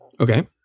Okay